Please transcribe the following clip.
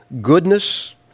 goodness